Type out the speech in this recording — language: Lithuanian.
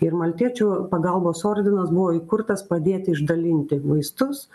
ir maltiečių pagalbos ordinas buvo įkurtas padėti išdalinti vaistus